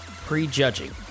prejudging